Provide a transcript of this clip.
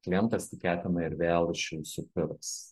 klientas tikėtina ir vėl iš jūsų pirks